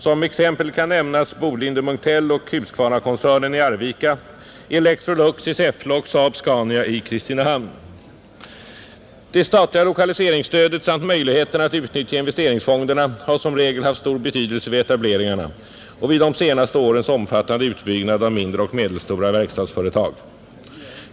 Som exempel kan nämnas Bolinder-Munktell och Husqvarnakoncernen i Arvika, Electrolux i Säffle och SAAB-Scania i Kristinehamn. Det statliga lokaliseringsstödet samt möjligheterna att utnyttja investeringsfonderna har som regel haft stor betydelse vid etableringarna och vid de senaste årens omfattande utbyggnad av mindre och medelstora verkstadsföretag.